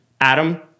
Adam